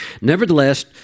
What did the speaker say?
Nevertheless